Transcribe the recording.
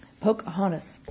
Pocahontas